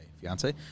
fiance